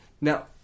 Now